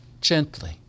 gently